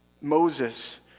Moses